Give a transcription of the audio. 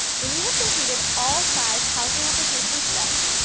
when you have completed all five housing application steps,